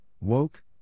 woke